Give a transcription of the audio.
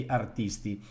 artisti